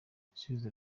ibisubizo